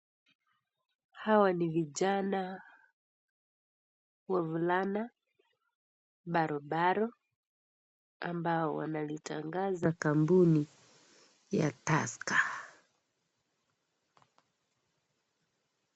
Hawa ni vijana wavulana barobaro ambao wanalitangaza kampuni ya Tusker.